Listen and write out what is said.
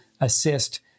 assist